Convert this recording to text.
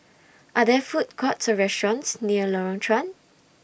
Are There Food Courts Or restaurants near Lorong Chuan